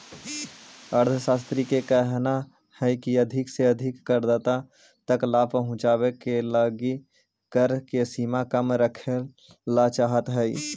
अर्थशास्त्रि के कहना हई की अधिक से अधिक करदाता तक लाभ पहुंचावे के लगी कर के सीमा कम रखेला चाहत हई